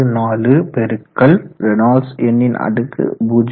664 பெருக்கல் ரேனால்ட்ஸ் எண்ணின் அடுக்கு 0